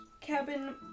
cabin